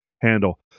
handle